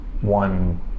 one